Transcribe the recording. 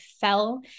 fell